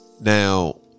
Now